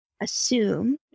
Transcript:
assume